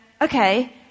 okay